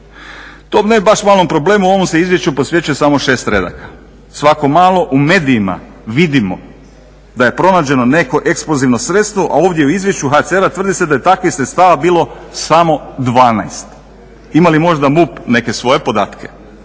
To ne baš malom problemu ovom se izvješću posvećuje samo šest redaka. Svako malo u medijima vidimo da je pronađeno neko eksplozivno sredstvo, a ovdje u izvješću HCR-a tvrdi se da je takvih sredstava bilo samo 12. Ima li možda MUP neke svoje podatke?